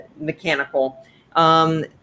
mechanical